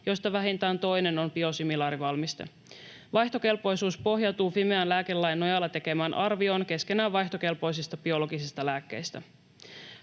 joista vähintään toinen on biosimilaarivalmiste. Vaihtokelpoisuus pohjautuu Fimean lääkelain nojalla tekemään arvioon keskenään vaihtokelpoisista biologisista lääkkeistä.